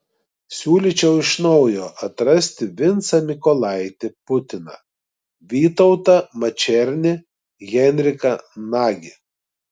siūlyčiau iš naujo atrasti vincą mykolaitį putiną vytautą mačernį henriką nagį